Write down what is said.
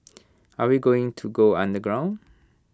are we going to go underground